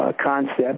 Concept